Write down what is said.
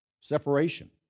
separation